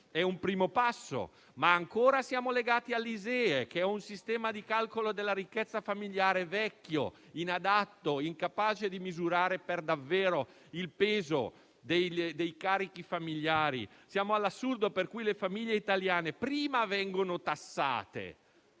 è un primo passo, ma ancora siamo legati all'ISEE, che è un sistema di calcolo della ricchezza familiare vecchio, inadatto, incapace di misurare davvero il peso dei carichi familiari. Siamo all'assurdo, per cui le famiglie italiane, prima vengono tassate,